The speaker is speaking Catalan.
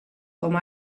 com